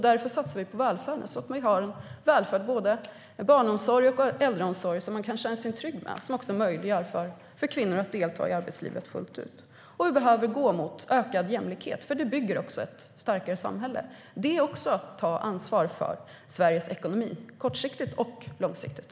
Därför satsar vi på välfärden, så att vi har en välfärd där vi kan känna oss trygga med både barnomsorg och äldreomsorg. Det möjliggör för kvinnor att delta i arbetslivet fullt ut. Vi behöver också gå mot ökad jämlikhet. Det bygger ett starkare samhälle. Det är också att ta ansvar för Sveriges ekonomi, kortsiktigt och långsiktigt.